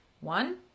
One